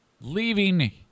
leaving